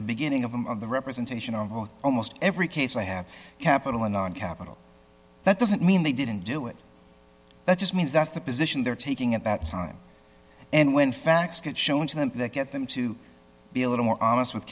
the beginning of them of the representation of both almost every case i have capital and non capital that doesn't mean they didn't do it that just means that's the position they're taking at that time and when facts get shown to them that get them to be a little more honest with